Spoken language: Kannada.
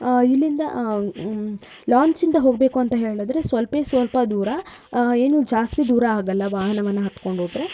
ಇಲ್ಲಿಂದ ಲಾಂಚಿಂದ ಹೋಗಬೇಕು ಅಂತ ಹೇಳಿದ್ರೆ ಸ್ವಲ್ಪೇ ಸ್ವಲ್ಪ ದೂರ ಏನು ಜಾಸ್ತಿ ದೂರ ಆಗಲ್ಲ ವಾಹನವನ್ನು ಹತ್ಕೊಂಡು ಹೋದರೆ